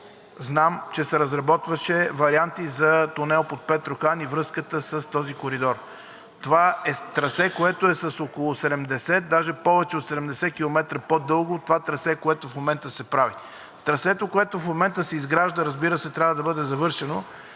знам, че се разработваше вариант за тунел под Петрохан и връзката с този коридор. Това е трасе, което е с около 70, даже с повече от 70 км, по-дълго от това трасе, което в момента се прави. Трасето, което в момента се изгражда, разбира се, трябва да бъде завършено,